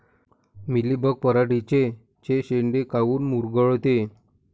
Mealybug पराटीचे चे शेंडे काऊन मुरगळते?